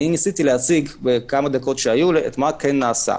ניסיתי להציג מה כן נעשה,